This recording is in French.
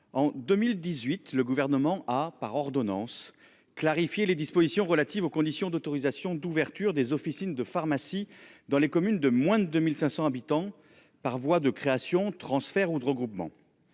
en 2018, le Gouvernement a, par ordonnance, clarifié les dispositions relatives aux conditions d’autorisation d’ouverture des officines de pharmacie dans les communes de moins de 2 500 habitants, par voie de création, de transfert ou de regroupement.